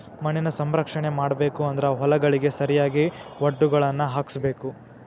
ಮಣ್ಣಿನ ಸಂರಕ್ಷಣೆ ಮಾಡಬೇಕು ಅಂದ್ರ ಹೊಲಗಳಿಗೆ ಸರಿಯಾಗಿ ವಡ್ಡುಗಳನ್ನಾ ಹಾಕ್ಸಬೇಕ